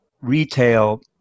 retail